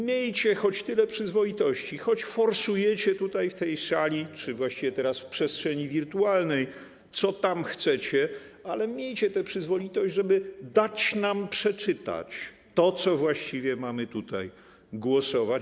Miejcie choć tyle przyzwoitości, choć forsujecie tutaj w tej sali czy właściwie teraz w przestrzeni wirtualnej, co tam chcecie, ale miejcie tę przyzwoitość, żeby dać nam przeczytać to, nad czym właściwie mamy tutaj głosować.